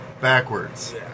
backwards